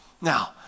Now